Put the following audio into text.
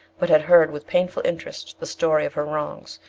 but had heard with painful interest the story of her wrongs,